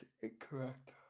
incorrect